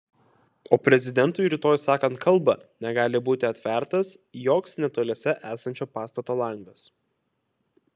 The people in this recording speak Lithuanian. o prezidentui rytoj sakant kalbą negali būti atvertas joks netoliese esančio pastato langas